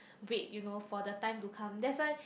wait you know for the time to come that's why